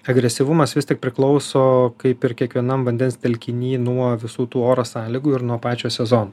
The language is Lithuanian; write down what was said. agresyvumas vis tik priklauso kaip ir kiekvienam vandens telkiny nuo visų tų oro sąlygų ir nuo pačio sezono